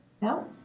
No